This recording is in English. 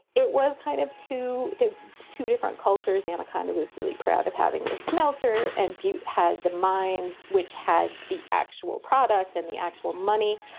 it was kind of two the two different cultures. and i kind of was really proud of having the smelter. and butte had the mines, which had the actual product and the actual money.